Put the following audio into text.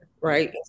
right